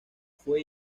fue